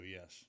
Yes